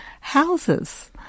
houses